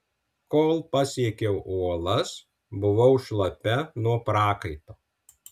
kol pasiekiau uolas buvau šlapia nuo prakaito